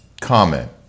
comment